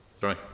Sorry